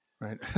Right